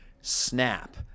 snap